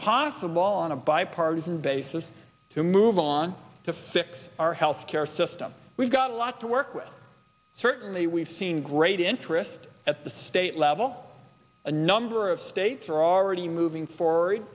possible on a bipartisan basis to move on to fix our health care system we've got a lot to work with certainly we've seen great interest at the state level a number of states are already moving forward